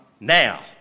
Now